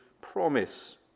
promise